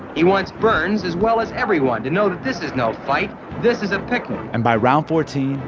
he wants burns, as well as everyone, to know that this is no fight this is a picnic and by round fourteen,